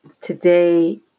Today